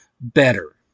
better